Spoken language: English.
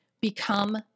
become